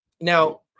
now